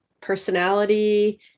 personality